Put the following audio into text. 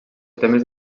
temes